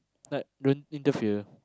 like don't interfere